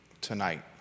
tonight